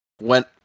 went